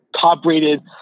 top-rated